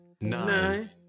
Nine